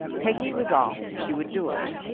peggy was asked if she would do it,